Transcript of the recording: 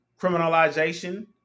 criminalization